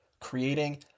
creating